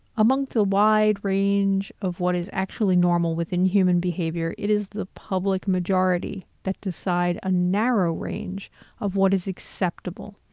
amongst the wide range of what is actually normal within human behavior, it is the public majority that decide a narrow range of what is acceptable,